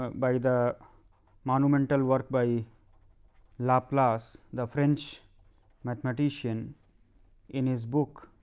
by the monumental work by laplace, the french mathematician in his book